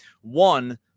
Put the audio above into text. One